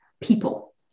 people